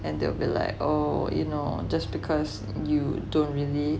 and they'll be like oh you know just because you don't really